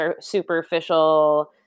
superficial